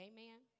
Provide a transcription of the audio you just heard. Amen